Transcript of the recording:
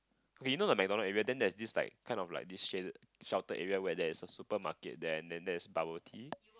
okay you know the McDonald area then there's this like kind of like this shaded sheltered area where there is a supermarket there and then there is bubble tea